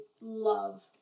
love